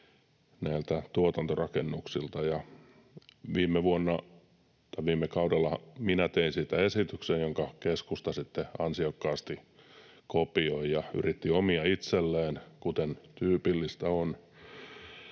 näiltä tuotantorakennuksilta. Viime kaudellahan minä tein siitä esityksen, jonka keskusta sitten ansiokkaasti kopioi ja yritti omia itselleen, kuten tyypillistä on.